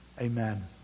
Amen